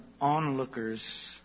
onlookers